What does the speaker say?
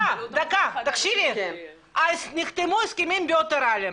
תקשיבי, נחתמו הסכמים בילטרליים.